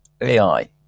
AI